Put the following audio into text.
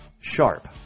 sharp